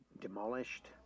demolished